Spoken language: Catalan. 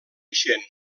ixent